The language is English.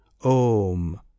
OM